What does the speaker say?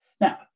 now